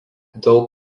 daug